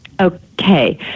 Okay